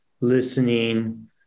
listening